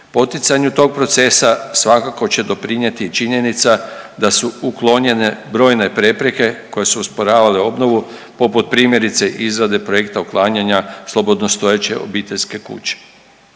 Poticanju tog procesa svakako će doprinijeti i činjenica da su uklonjene brojne prepreke koje su usporavale obnovu poput primjerice izrade projekta uklanjanja slobodnostojeće obiteljske kuće.